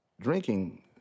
drinking